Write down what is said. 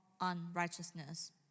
unrighteousness